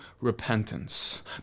repentance